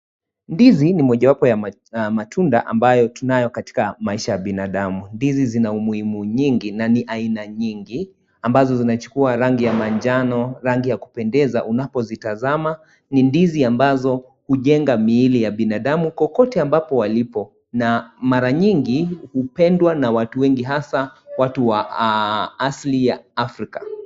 Ndizi, ni mojawapo ya matunda ambayo tunayo katika maisha ya binadamu. Ndizi zina umuhimu nyingi na ni aina nyingi, ambazo zinachukua rangi ya manjano, rangi ya kupendeza unapozitazama. Ni ndizi ambazo hujenga miili ya binadamu kokote ambapo walipo. Na mara nyingi, hupendwa na watu wengi hasa watu wa asili ya Afrika.